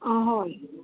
অঁ হয়